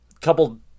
couple